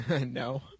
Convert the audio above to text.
no